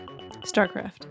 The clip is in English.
Starcraft